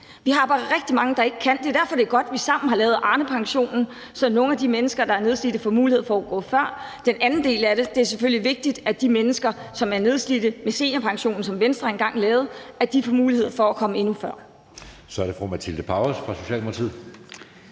Vi har bare rigtig mange, der ikke kan. Det er derfor, det er godt, vi sammen har lavet Arnepensionen, så nogle af de mennesker, der er nedslidte, får mulighed for at gå før. Den anden del af det er, at det selvfølgelig er vigtigt, at de mennesker, som er nedslidte, med seniorpensionen, som Venstre engang lavede, får mulighed for at komme endnu før. Kl. 13:49 Anden næstformand (Jeppe